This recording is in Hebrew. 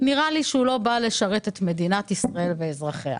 נראה לי שלא בא לשרת את מדינת ישראל ואזרחיה.